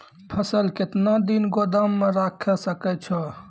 फसल केतना दिन गोदाम मे राखै सकै छौ?